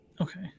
Okay